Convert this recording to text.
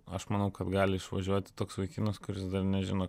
aš manau kad gali išvažiuoti toks vaikinas kuris dar nežino